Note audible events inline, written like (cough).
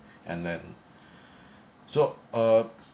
and then (breath) so uh